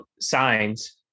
signs